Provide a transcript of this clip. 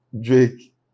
Drake